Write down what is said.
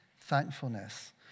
thankfulness